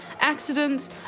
accidents